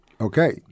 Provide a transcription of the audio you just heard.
Okay